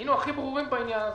היינו הכי ברורים בעניין הזה.